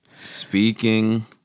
Speaking